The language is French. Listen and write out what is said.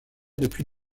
depuis